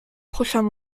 prochains